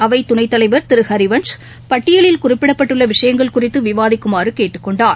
அவைதுணைத்தலைவர் திருஹரிவன்ஷ் பட்டியலில் குறிப்பிடப்பட்டுள்ளவிஷயங்கள் குறித்துவிவாதிக்குமாறுகேட்டுக்கொண்டார்